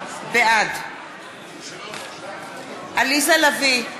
בעד עליזה לביא,